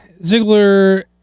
Ziggler